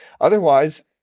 otherwise